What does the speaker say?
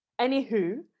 anywho